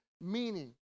meaning